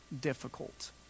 difficult